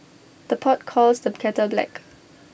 the pot calls the kettle black